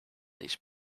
these